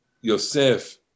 Yosef